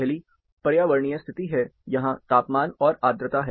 पहली पर्यावरणीय स्थिति है यहाँ तापमान और आर्द्रता है